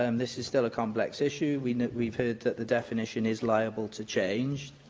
um this is still a complex issue. we've we've heard that the definition is liable to change.